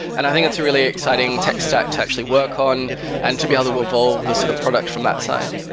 and i think it's a really exciting tech stack to actually work on and to be able to evolve the sort of product from that side.